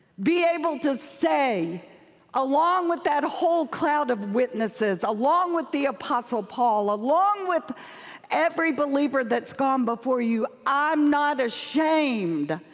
be able to say along with that whole cloud of witnesses, along with the apostle paul, along with every believer that's gone before you i'm not ashamed.